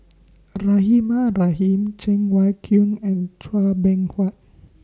Rahimah Rahim Cheng Wai Keung and Chua Beng Huat